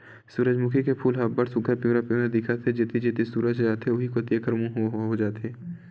सूरजमूखी के फूल ह अब्ब्ड़ सुग्घर पिंवरा पिंवरा दिखत हे, जेती जेती सूरज ह जाथे उहीं कोती एखरो मूँह ह हो जाथे